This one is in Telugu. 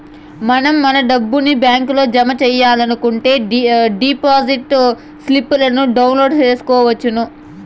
మనం మన డబ్బుని బ్యాంకులో జమ సెయ్యాలనుకుంటే డిపాజిట్ స్లిప్పులను డౌన్లోడ్ చేసుకొనవచ్చును